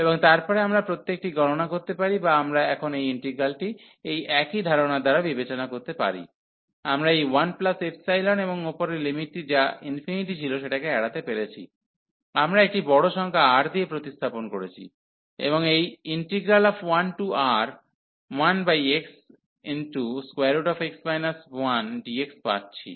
এবং তারপরে আমরা প্রত্যেকটি গণনা করতে পারি বা আমরা এখন এই ইন্টিগ্রালটি এই একই ধারণার দ্বারা বিবেচনা করতে পারি আমরা এই 1ϵ এবং উপরের লিমিটটি যা ∞ ছিল সেটাকে এড়াতে পেরেছি আমরা একটি বড় সংখ্যা R দিয়ে প্রতিস্থাপন করেছি এবং এই 1R1xx 1dx পাচ্ছি